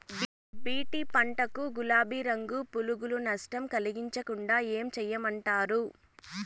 BT పత్తి పంట కు, గులాబీ రంగు పులుగులు నష్టం కలిగించకుండా ఏం చేయమంటారు?